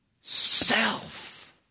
self